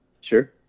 Sure